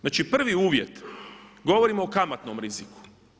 Znači prvi uvjet govorimo o kamatnom riziku.